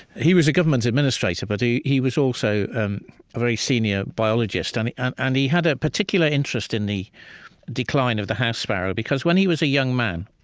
he was a government administrator, but he he was also and a very senior biologist. and and and he had a particular interest in the decline of the house sparrow, because when he was a young man,